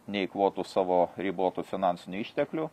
neeikvotų savo ribotų finansinių išteklių